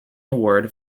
award